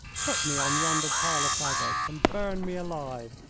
put me on yonder pile of fagots and burn me alive,